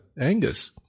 Angus